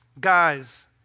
Guys